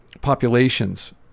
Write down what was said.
populations